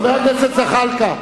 חבר הכנסת זחאלקה,